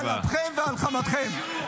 על אפכם ועל חמתכם.